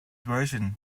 version